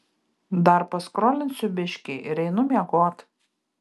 dar paskrolinsiu biškį ir einu miegot